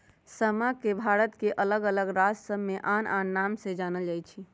समा के भारत के अल्लग अल्लग राज सभमें आन आन नाम से जानल जाइ छइ